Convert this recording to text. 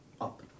up